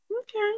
okay